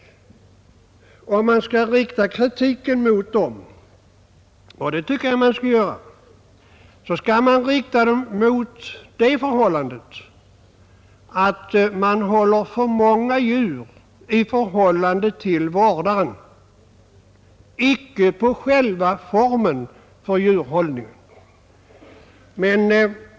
Om vi skall rikta kritik mot dessa djurfabriker — och det tycker jag att vi skall göra — så skail den riktas mot det förhållandet att man håller för många djur per vårdare, icke mot själva formen för djurhållning.